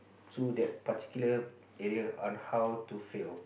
to that particular area on how to fail